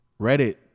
Reddit